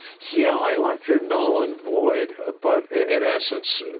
yeah i like your null and void ah but in essence,